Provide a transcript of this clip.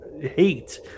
Hate